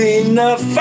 enough